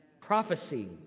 Prophecy